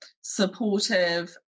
supportive